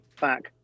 back